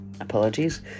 Apologies